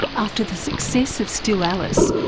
after the success of still alice,